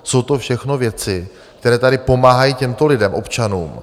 Jsou to všechno věci, které tady pomáhají těmto lidem, občanům.